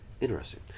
Interesting